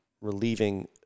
relieving